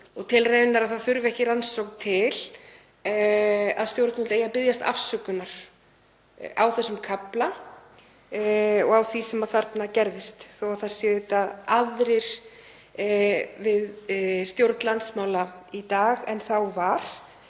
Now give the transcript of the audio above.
og tel raunar að það þurfi ekki rannsókn til, að stjórnvöld eigi að biðjast afsökunar á þessum kafla og á því sem þarna gerðist þó að það séu auðvitað aðrir við stjórn landsmála í dag en þá var.